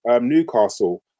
Newcastle